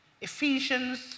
Ephesians